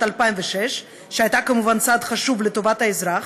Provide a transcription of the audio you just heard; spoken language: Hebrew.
2006 הייתה כמובן צעד חשוב לטובת האזרח,